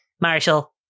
Marshall